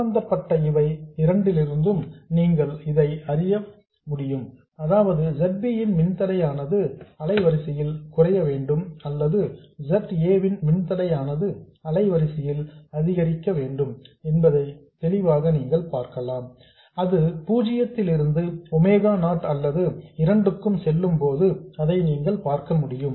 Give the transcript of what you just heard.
சம்பந்தப்பட்ட இவை இரண்டிலிருந்தும் நீங்கள் இதை அறிய முடியும் அதாவது Z b ன் மின்தடையானது அலைவரிசையில் குறைய வேண்டும் அல்லது Z a ன் மின்தடையானது அலைவரிசையில் அதிகரிக்க வேண்டும் என்பதை தெளிவாக நீங்கள் பார்க்கலாம் அது பூஜ்ஜியத்திலிருந்து ஒமேகா நாட் அல்லது இரண்டுக்கும் செல்லும்போது இதை நீங்கள் பார்க்க முடியும்